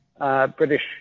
British